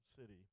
city